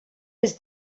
his